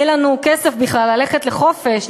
יהיה לנו כסף בכלל ללכת לחופש,